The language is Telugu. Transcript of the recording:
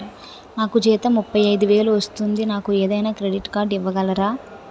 నాకు జీతం ముప్పై ఐదు వేలు వస్తుంది నాకు ఏదైనా క్రెడిట్ కార్డ్ ఇవ్వగలరా?